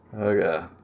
Okay